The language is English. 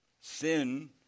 Sin